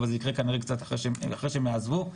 אבל זה יקרה כנראה קצת אחרי שהם יעזבו,